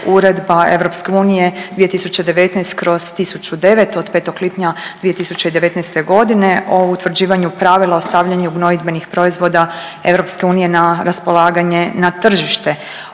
Uredba EU 2019/1009 od 5. lipnja 2019.g. o utvrđivanju pravila o stavljanju gnojidbenih proizvoda EU na raspolaganje na tržište.